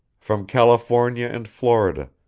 from california and florida,